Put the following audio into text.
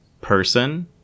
person